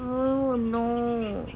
bro no